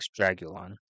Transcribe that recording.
Dragulon